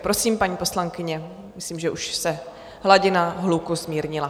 Prosím, paní poslankyně, myslím, že už se hladina hluku zmírnila.